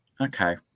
okay